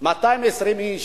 220 איש.